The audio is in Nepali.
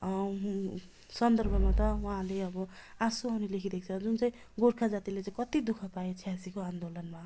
सन्दर्भमा त उहाँले अब आँसु आउने लेखिदिएको छ जुन चाहिँ गोर्खा जातिले चाहिँ कति दुःख पायो छयासीको आन्दोलनमा